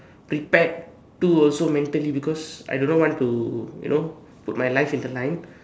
prepared to also mentally because I do not want to you know put my life in the line